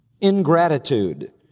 ingratitude